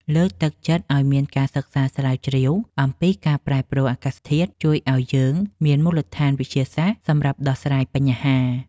លើកទឹកចិត្តឱ្យមានការសិក្សាស្រាវជ្រាវអំពីការប្រែប្រួលអាកាសធាតុជួយឱ្យយើងមានមូលដ្ឋានវិទ្យាសាស្ត្រសម្រាប់ដោះស្រាយបញ្ហា។